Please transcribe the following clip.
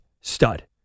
stud